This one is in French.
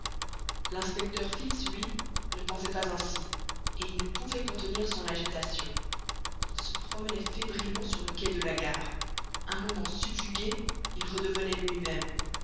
l'inspecteur fix lui ne pensait pas ainsi et il ne pouvait contenir son agitation il se promenait fébrilement sur le quai de la gare un moment subjugué il redevenait lui-même